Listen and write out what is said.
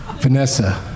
Vanessa